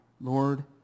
Lord